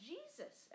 Jesus